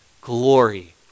glory